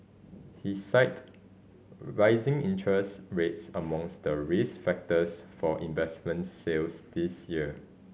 he cited rising interest rates amongst the risk factors for investment sales this year